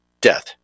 death